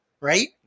Right